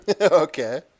okay